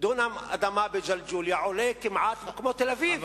דונם אדמה בג'לג'וליה עולה כמעט כמו בתל-אביב,